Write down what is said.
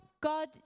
God